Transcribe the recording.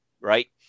right